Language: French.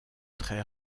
très